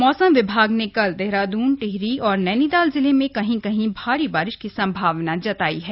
मौसम विभाग ने कल देहरादून टिहरी और नैनीताल जिले में कहीं कहीं भारी बारिश की संभावना जताई है